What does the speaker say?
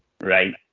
Right